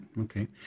Okay